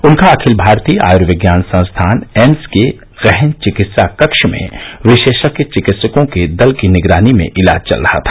उनका अखिल भारतीय आयूर्विज्ञान संस्थान एम्स के गहन चिकित्सा कक्ष में विशेषज्ञ चिकित्सकों के दल की निगरानी में इलाज चल रहा था